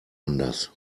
anders